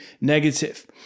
negative